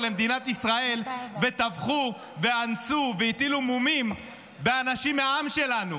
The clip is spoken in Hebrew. למדינת ישראל וטבחו ואנסו והטילו מומים באנשים מהעם שלנו.